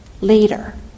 later